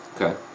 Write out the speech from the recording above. Okay